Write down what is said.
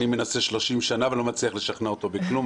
אני מנסה 30 שנה ולא מצליח לשכנע אותו בכלום,